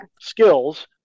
skills